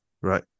right